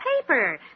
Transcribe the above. paper